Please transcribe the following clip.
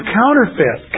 counterfeit